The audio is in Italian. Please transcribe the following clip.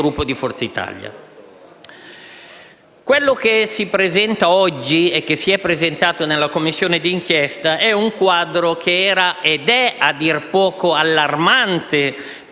di Forza Italia. Quello che si presenta oggi e che si è presentato nella Commissione d'inchiesta è un quadro che era ed è a dir poco allarmante di